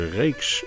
reeks